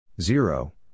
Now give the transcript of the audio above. zero